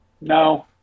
No